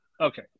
Okay